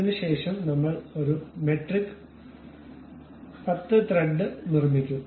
അതിനുശേഷം നമ്മൾ ഒരു മെട്രിക് 10 ത്രെഡ് നിർമ്മിക്കും